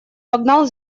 погнал